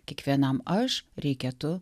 kiekvienam aš reikia tu